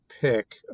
pick